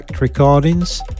recordings